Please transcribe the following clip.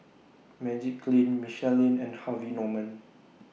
Magiclean Michelin and Harvey Norman